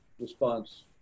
response